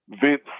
Vince